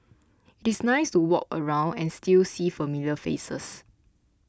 it is nice to walk around and still see familiar faces